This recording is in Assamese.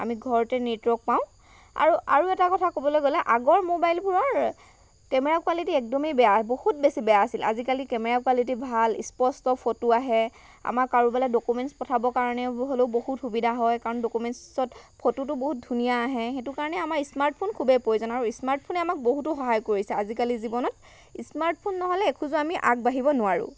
আমি ঘৰতে নেটৱৰ্ক পাওঁ আৰু আৰু এটা কথা ক'বলৈ গ'লে আগৰ মোবাইলবোৰৰ কেমেৰা কোৱালিটি একদমেই বেয়া বহুত বেছি বেয়া আছিল আজিকালি কেমেৰা কোৱালিটি ভাল স্পষ্ট ফটো আহে আমাৰ কাৰোবালৈ ডকুমেণ্টছ পঠাবৰ কাৰণে হ'লেও বহুত সুবিধা হয় কাৰণ ডকুমেণ্টছত ফটোটো বহুত ধুনীয়া আহে সেইটো কাৰণে আমাৰ স্মাৰ্টফোন খুবেই প্ৰয়োজন আৰু স্মাৰ্টফোনে আমাক বহুতো সহায় কৰিছে আজিকালি জীৱনত স্মাৰ্টফোন নহ'লে এখোজো আমি আগবাঢ়িব নোৱাৰোঁ